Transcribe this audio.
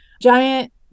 Giant